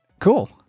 cool